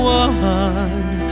one